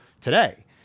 today